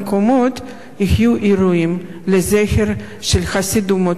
יהיו אירועים לזכרו של חסיד אומות העולם.